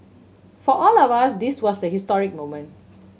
for all of us this was a historic moment